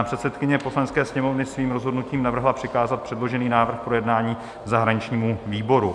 Předsedkyně Poslanecké sněmovny svým rozhodnutím navrhla přikázat předložený návrh k projednání zahraničnímu výboru.